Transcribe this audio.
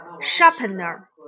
Sharpener